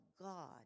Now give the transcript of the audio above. God